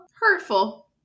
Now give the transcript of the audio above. Hurtful